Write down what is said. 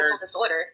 disorder